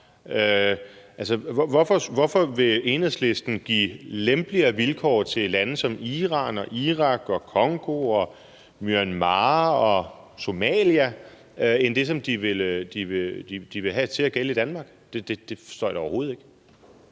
Hvorfor vil Enhedslisten give lempeligere vilkår til lande som Iran og Irak og Congo og Myanmar og Somalia end dem, som de vil have til at gælde i Danmark? Det forstår jeg da overhovedet ikke.